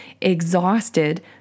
exhausted